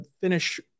finish